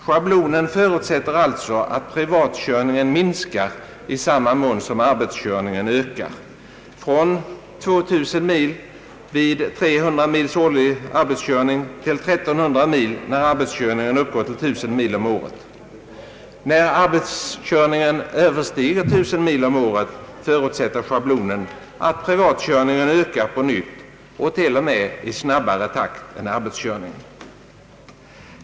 Schablonen förutsätter alltså att privatkörningen minskar i samma mån som arbetskörningen ökar — från 2 000 mil vid 300 mils årlig arbetskörning till 1300 mil när arbetskörningen uppgår till 1000 mil om året. När arbetskörningen överstiger 1000 mil förutsätter schablonen att privatkörningen ökar på nytt och till och med i snabbare takt än arbetskörningen.